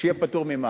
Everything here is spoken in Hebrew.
שיהיה פטור ממע"מ.